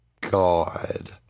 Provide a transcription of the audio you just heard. God